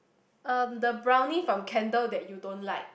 um the brownie from candle that you don't like